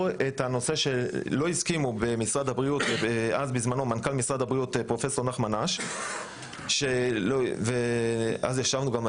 זה היה בזמנו של פרופ' נחמן אש שהיה אז מנכ"ל משרד הבריאות,